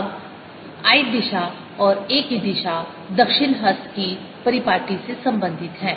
अब l दिशा और A की दिशा दक्षिण हस्त के परिपाटी से संबंधित हैं